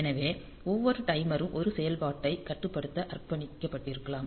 எனவே ஒவ்வொரு டைமரும் ஒரு செயல்பாட்டைக் கட்டுப்படுத்த அர்ப்பணிக்கப்பட்டிருக்கலாம்